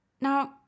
Now